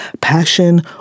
passion